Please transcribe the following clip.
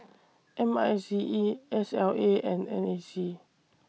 M I C E S L A and N A C